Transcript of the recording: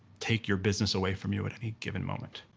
take your business away from you at any given moment.